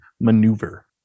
maneuver